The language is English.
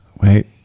Wait